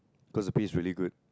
cause the pay is really good